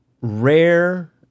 rare